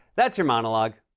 that's your monologue.